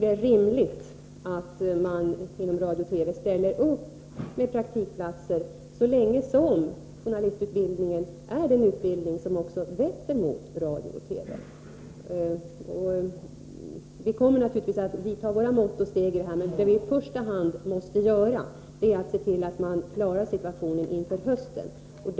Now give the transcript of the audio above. Det är rimligt att man inom radio TV. Vi kommer naturligtvis att vidta våra mått och steg. Men det vi i första hand måste göra är att se till att man klarar situationen inför hösten.